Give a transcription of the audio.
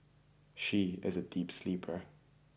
she is a deep sleeper